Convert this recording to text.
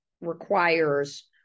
requires